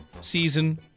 season